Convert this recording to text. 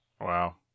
Wow